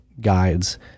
guides